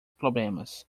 problemas